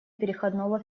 переходного